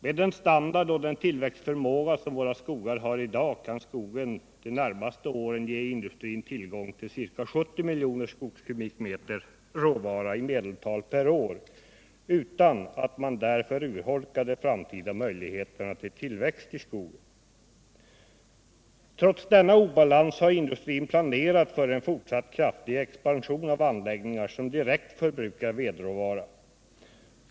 Med den standard och den tillväxtförmåga som våra skogar har i dag kan skogen de närmaste åren ge industrin tillgång till ca 70 miljoner skogskubikmeter råvara i medeltal per år utan att de fraratida möjligheterna till tillväxt i skogen urholkas. Trots denna obalans har industrin planerat för en fortsatt kraftig expansion av anläggningar som direkt förbrukar vedråvara.